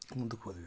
ಮುಂದಕ್ಕೆ ಹೋದಿವಿ